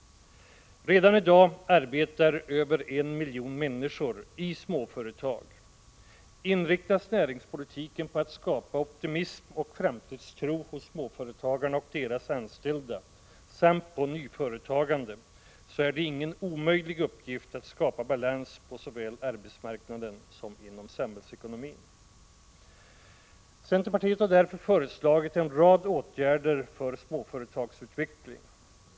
I dag arbetar över en miljon människor i småföretag. Inriktas näringspolitiken på att skapa optimism och framtidstro hos småföretagarna och deras anställda samt på nyföretagande, är det ingen omöjlig uppgift att skapa balans på såväl arbetsmarknaden som inom samhällsekonomin. Centerpartiet har därför föreslagit en rad åtgärder för småföretagsutveckling.